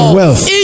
wealth